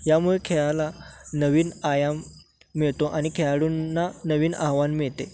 यामुळे खेळाला नवीन आयाम मिळतो आणि खेळाडूंना नवीन आव्हान मिळते